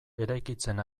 eraikitzen